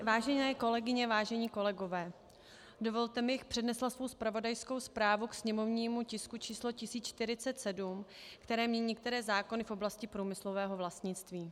Vážené kolegyně, vážení kolegové, dovolte mi, abych přednesla svou zpravodajskou zprávu k sněmovnímu tisku číslo 1047, který mění některé zákony v oblasti průmyslového vlastnictví.